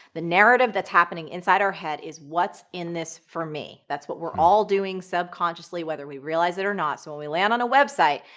the narrative that's happening inside our head is what's in this for me? that's what we're all doing subconsciously, whether we realize it or not. so, when we land on a website,